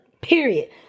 Period